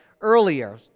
earlier